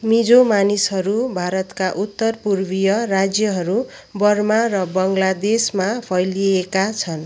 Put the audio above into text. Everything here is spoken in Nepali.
मिजो मानिसहरू भारतका उत्तरपूर्वीय राज्यहरू बर्मा र बाङ्लादेशमा फैलिएका छन्